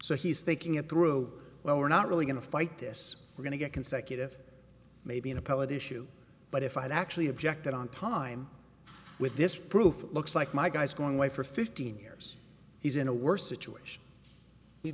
so he's thinking it through well we're not really going to fight this we're going to get consecutive maybe an appellate issue but if i'd actually objected on time with this proof looks like my guy's going away for fifteen years he's in a worse situation